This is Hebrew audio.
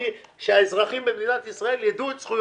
הכול התחיל מזה שרציתי שהאזרחים במדינת ישראל ידעו את זכויותיהם.